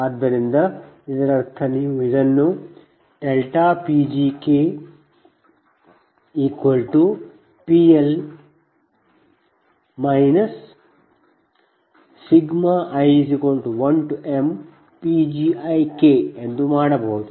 ಆದ್ದರಿಂದ ಇದರರ್ಥ ನೀವು ಇದನ್ನು PgKPL i1mPgiK ಎಂದುಮಾಡಬಹುದು